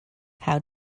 how